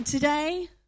Today